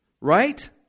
Right